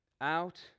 Out